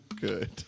good